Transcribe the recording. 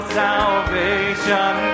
salvation